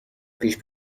پیش